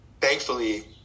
thankfully